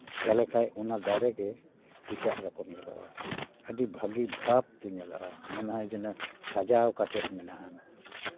ᱛᱟᱦᱞᱮ ᱠᱷᱟᱱ ᱚᱱᱟ ᱫᱟᱨᱮᱜᱮ ᱮᱴᱟᱜ ᱨᱚᱠᱚᱢ ᱧᱮᱞᱚᱜᱼᱟ ᱟᱹᱰᱤ ᱵᱷᱟᱹᱜᱤ ᱵᱷᱟᱵᱽ ᱛᱮ ᱧᱮᱞᱚᱜᱼᱟ ᱢᱚᱱᱮ ᱦᱚᱭ ᱡᱮᱱᱚ ᱥᱟᱡᱟᱣ ᱠᱟᱛᱮᱫ ᱢᱮᱱᱟᱜᱼᱟ